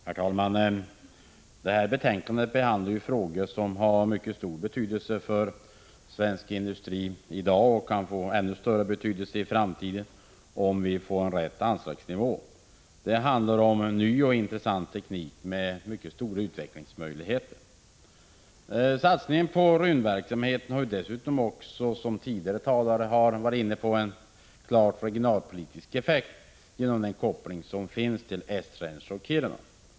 Herr talman! Det här betänkandet behandlar frågor, som har stor betydelse för svensk industri i dag och som kan få ännu större betydelse i framtiden. Det handlar om ny och intressant teknik med stora utvecklingsmöjligheter. Satsningen på rymdverksamheten har dessutom, som tidigare talare varit inne på, en klart regionalpolitisk effekt genom den koppling som finns till Esrange och Kiruna.